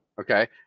Okay